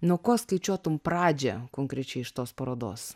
nuo ko skaičiuotum pradžią konkrečiai iš tos parodos